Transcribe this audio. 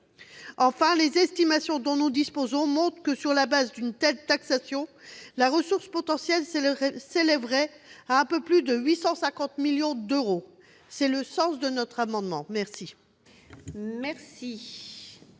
Enfin, les estimations dont nous disposons montrent que, sur la base d'une telle taxation, la ressource potentielle s'élèverait à un peu plus de 850 millions d'euros. Tel est le sens de notre amendement.